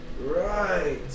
right